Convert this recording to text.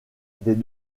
des